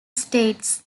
states